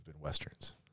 Westerns